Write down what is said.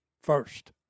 first